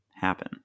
happen